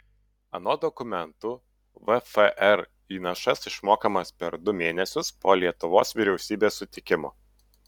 anot dokumentų vfr įnašas išmokamas per du mėnesius po lietuvos vyriausybės sutikimo